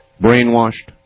Brainwashed